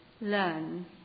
learn